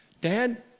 Dad